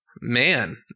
Man